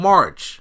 March